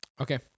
Okay